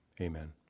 amen